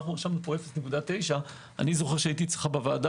אנו עם 0.9. אני זוכר שהייתי אצלך בוועדה